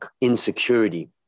insecurity